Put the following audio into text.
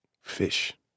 fish